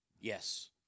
Yes